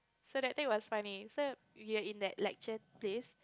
so that thing was funny so we were in that lecture place